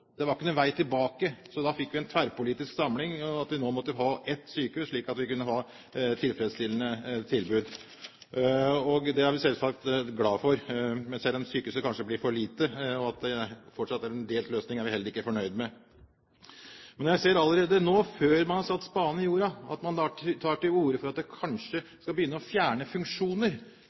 Det var ingen vei tilbake. Vi fikk en tverrpolitisk samling om at vi nå måtte ha ett sykehus, slik at vi kunne ha tilfredsstillende tilbud. Det er vi selvsagt glad for. At sykehuset kanskje blir for lite, og at det fortsatt er en delt løsning, er vi ikke fornøyd med. Jeg ser allerede nå, før man har satt spaden i jorda, at man tar til orde for at man kanskje skal begynne å fjerne funksjoner.